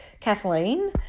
Kathleen